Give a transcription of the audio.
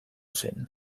zen